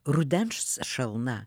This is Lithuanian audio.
rudens šalna